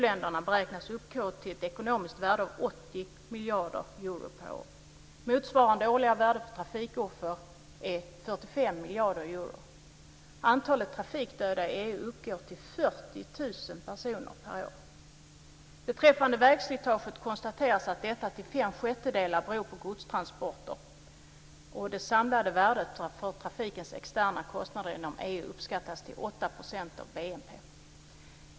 länderna beräknas uppgå till ett ekonomiskt värde av 80 miljarder euro per år. Motsvarande årliga värde för trafikoffer är 45 miljarder euro. Antalet trafikdöda i EU uppgår till 40 000 personer per år. Beträffande vägslitaget konstateras att detta till fem sjättedelar beror på godstransporter. Det samlade värdet för trafikens externa kostnader inom EU uppskattas till 8 % av BNP.